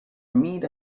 meet